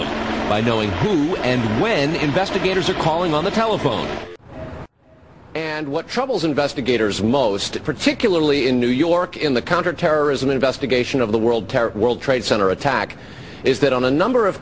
them by knowing and when investigators are calling on the telephone and what troubles investigators most particularly in new york in the counterterrorism investigation of the world terror world trade center attack is that on a number of